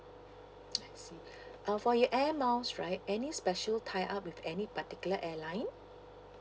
I see uh for your air miles right any special tie up with any particular airline